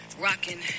rocking